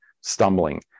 stumbling